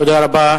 תודה רבה.